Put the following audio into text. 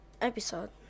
episode